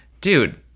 dude